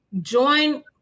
join